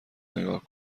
نگاه